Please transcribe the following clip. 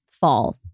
fall